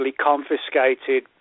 confiscated